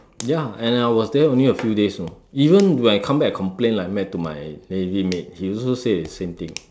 ya and I was there only a few days you know even when I come back I complain like mad to my navy mate he also said the same thing